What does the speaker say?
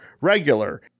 regular